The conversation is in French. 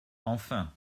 enfin